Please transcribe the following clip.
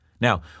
Now